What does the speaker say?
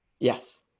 Yes